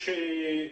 מאוד.